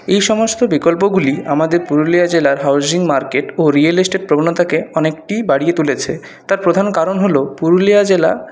এই সমস্ত বিকল্পগুলি আমাদের পুরুলিয়া জেলার হাউসিং মার্কেট ও রিয়েল এস্টেট প্রবণতাকে অনেকটাই বাড়িয়ে তুলেছে তার প্রধান কারণ হল পুরুলিয়া জেলা